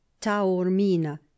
taormina